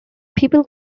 people